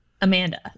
Amanda